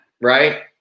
right